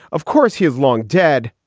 of course, he's long dead.